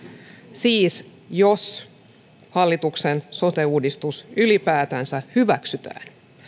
siis jos hallituksen sote uudistus ylipäätänsä hyväksytään